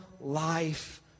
life